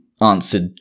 answered